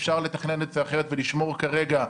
אפשר לתכנן את זה אחרת ולשמור כרגע.